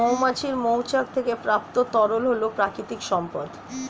মৌমাছির মৌচাক থেকে প্রাপ্ত তরল হল প্রাকৃতিক সম্পদ